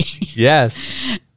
Yes